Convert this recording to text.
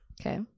Okay